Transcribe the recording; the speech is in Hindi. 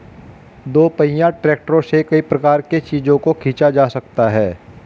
दोपहिया ट्रैक्टरों से कई प्रकार के चीजों को खींचा जा सकता है